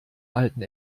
alten